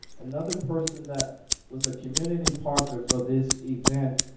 another person that was a community partner for this event,